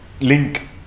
Link